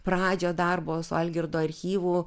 pradžią darbo su algirdo archyvu